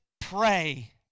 pray